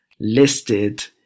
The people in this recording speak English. listed